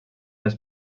les